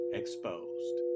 exposed